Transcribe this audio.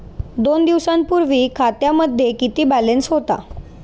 दोन दिवसांपूर्वी खात्यामध्ये किती बॅलन्स होता?